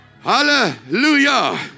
Hallelujah